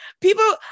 people